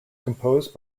composed